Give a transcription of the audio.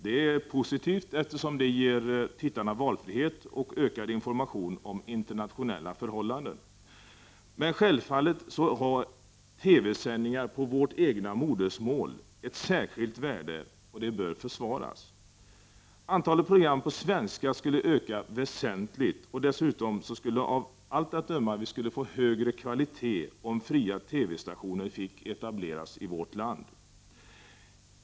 Det är positivt, eftersom det ger tittarna valfrihet och ökad information om internationella förhållanden. Men självfallet har TV-sändningar på vårt eget modersmål ett särskilt värde, som bör försvaras. Antalet program på svenska skulle öka väsentligt och dessutom skulle det av allt att döma bli högre kvalitet, om fria TV-stationer fick etableras i vårt land.